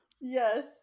Yes